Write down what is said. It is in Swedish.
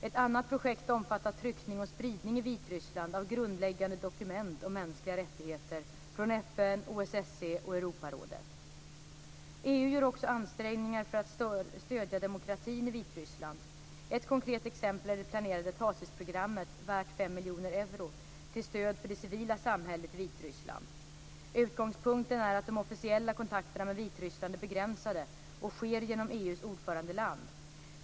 Ett annat projekt omfattar tryckning och spridning i Vitryssland av grundläggande dokument om mänskliga rättigheter från FN, OSSE och Europarådet. EU gör också ansträngningar för att stödja demokratin i Vitryssland. Ett konkret exempel är det planerade Tacisprogrammet - värt 5 miljoner euro - till stöd för det civila samhället i Vitryssland. Utgångspunkten är att de officiella kontakterna med Vitryssland är begränsade och sker genom EU:s ordförandeland.